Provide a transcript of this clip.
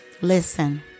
listen